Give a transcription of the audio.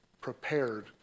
prepared